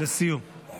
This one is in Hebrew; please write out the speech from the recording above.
לסיום.